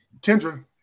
Kendra